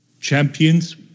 Champions